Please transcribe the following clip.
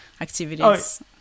activities